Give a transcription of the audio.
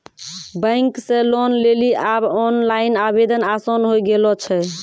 bank से loan लेली आब ओनलाइन आवेदन आसान होय गेलो छै